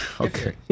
Okay